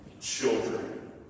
children